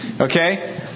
Okay